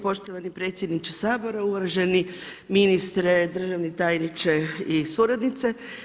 Poštovani predsjedniče Sabora, uvaženi ministre, državni tajniče i suradnice.